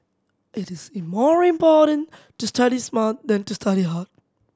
it is in more important to study smart than to study hard